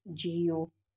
जीउ